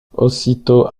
aussitôt